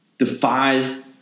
Defies